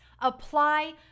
apply